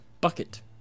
Bucket